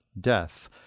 death